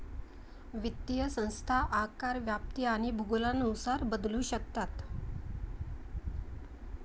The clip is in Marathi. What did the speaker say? वित्तीय संस्था आकार, व्याप्ती आणि भूगोलानुसार बदलू शकतात